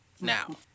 now